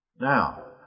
Now